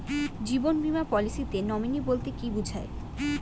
জীবন বীমা পলিসিতে নমিনি বলতে কি বুঝায়?